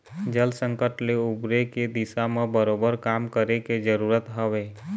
जल संकट ले उबरे के दिशा म बरोबर काम करे के जरुरत हवय